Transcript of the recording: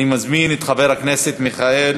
אני מזמין את חבר הכנסת מיכאל